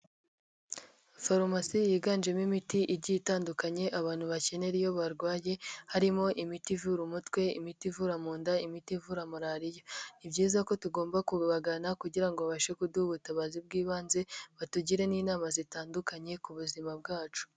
Farumasi yiganjemo imiti igiye itandukanye, abantu bakenera iyo barwaye harimo imiti ivura umutwe, imiti ivura mu nda, imiti ivura malariya. Ni byiza ko tugomba kubibagana kugira abashe kuduha ubutabazi bw'ibanze, batugire n'inama zitandukanye ku buzima bwacu.